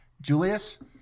Julius